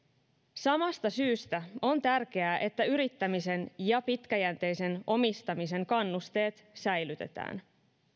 samasta syystä on tärkeää että yrittämisen ja pitkäjänteisen omistamisen kannusteet säilytetään